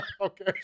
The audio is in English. Okay